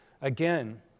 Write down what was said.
Again